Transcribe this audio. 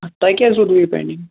تۅہہِ کیٛازِ روٗدوٕ یہِ پینٛڈِنٛگ